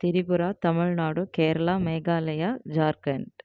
Tripura Tamil Nadu Kerala Meghalaya Jharkhand